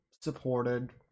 supported